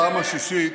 בפעם השישית,